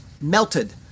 melted